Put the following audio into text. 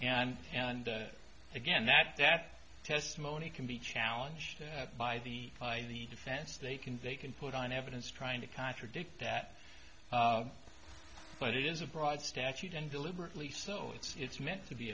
and and again that that testimony can be challenged by the by the defense they can they can put on evidence trying to contradict that but it is a broad statute and deliberately so it's meant to be